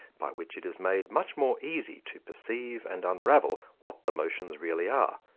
by which it is made much more easy to perceive and unravel what the motions really are,